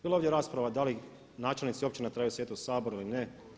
Bilo je ovdje rasprava da li načelnici općina trebaju sjediti u Saboru ili ne.